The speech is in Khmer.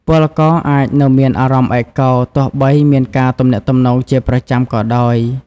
ពលករអាចនៅមានអារម្មណ៍ឯកោ ទោះបីមានការទំនាក់ទំនងជាប្រចាំក៏ដោយ។